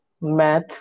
math